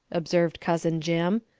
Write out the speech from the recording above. observed cousin jim.